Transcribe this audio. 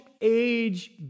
age